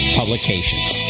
publications